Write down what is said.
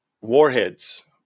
warheads